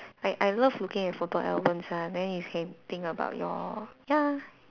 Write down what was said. I I love looking at photo albums ah then you can think about your ya